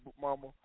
mama